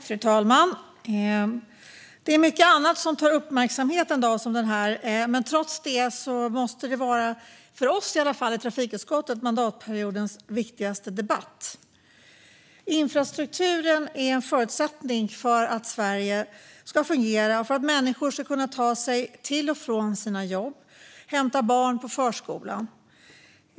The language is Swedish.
Fru talman! Det är mycket annat som tar uppmärksamhet en dag som denna, men trots detta måste det här vara mandatperiodens viktigaste debatt, i alla fall för oss i trafikutskottet. Infrastrukturen är en förutsättning för att Sverige ska fungera och för att människor ska kunna ta sig till och från sina jobb och hämta barn på förskolan.